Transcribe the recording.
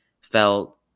felt